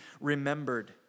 remembered